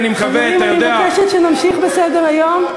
חברים, אני מבקשת שנמשיך בסדר-היום.